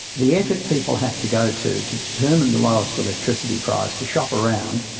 the effort people have to go to to determine the lowest electricity price, to shop around,